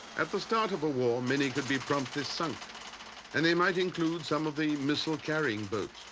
at the start of a war many could be promptly sunk and they might include some of the missile carrying boats,